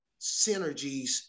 synergies